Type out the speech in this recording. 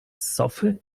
sofy